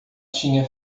tinha